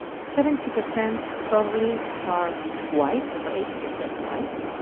seventy percent probably are white, or eighty percent white,